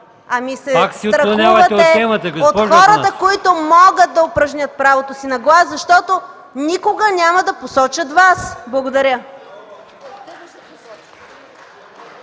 ...ами се страхувате от хората, които могат да упражнят правото си на глас, защото никога няма да посочат Вас! Благодаря.